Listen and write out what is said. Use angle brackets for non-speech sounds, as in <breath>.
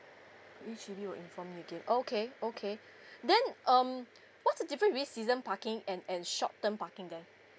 H_D_B will inform me again oh okay okay <breath> then um what's the difference between season parking and and short term parking then